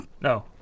no